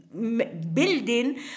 building